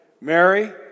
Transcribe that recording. Mary